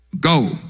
go